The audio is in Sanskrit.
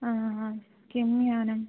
अ अ किं यानम्